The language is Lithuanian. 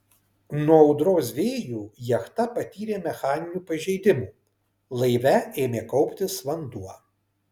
nuo audros vėjų jachta patyrė mechaninių pažeidimų laive ėmė kauptis vanduo